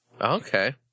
Okay